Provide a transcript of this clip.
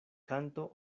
kanto